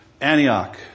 Antioch